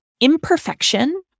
imperfection